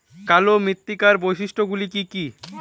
কালো মৃত্তিকার বৈশিষ্ট্য গুলি কি কি?